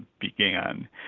began